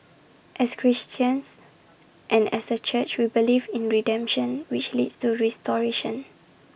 as Christians and as A church we believe in redemption which leads to restoration